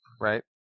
right